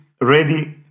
ready